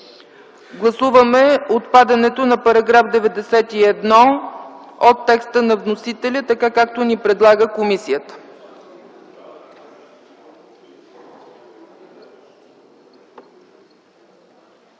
Гласуваме отпадането на § 91 от текста на вносителя, както ни предлага комисията.